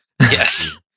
Yes